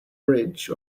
bridge